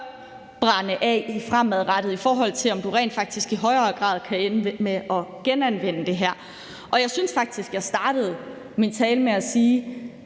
brænde af fremadrettet, i forhold til om du rent faktisk i højere grad kan ende med at genanvende det. Jeg startede faktisk min tale med at sige,